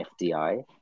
FDI